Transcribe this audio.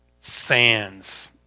Sands